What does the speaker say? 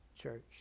Church